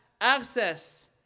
access